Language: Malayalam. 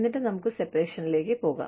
എന്നിട്ട് നമുക്ക് സെപറേഷനിലേക്ക് പോകാം